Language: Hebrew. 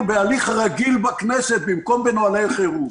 בהליך רגיל בכנסת במקום בנהלי חירום.